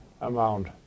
amount